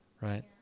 right